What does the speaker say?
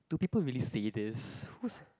do people really say this whose